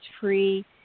free